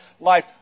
life